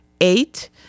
Eight